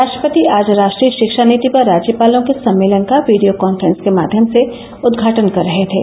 राष्ट्रपति आज राष्ट्रीय शिक्षा नीति पर राज्यपालों के सम्मेलन का वीडियो कांफ्रेंस के माध्यम से उदघाटन कर रहे थे